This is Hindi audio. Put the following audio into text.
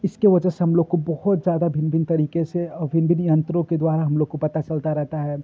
इसकी वज़ह से हमलोग को बहुत ज़्यादा भिन्न भिन्न तरीके से और भिन्न भिन्न यन्त्रों के द्वारा हमलोग को पता चलता रहता है